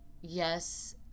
yes